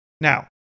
Now